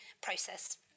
process